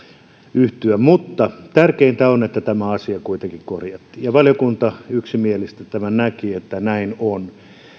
yhtyä mutta tärkeintä on että tämä asia kuitenkin korjattiin ja valiokunta yksimielisesti tämän näki että näin on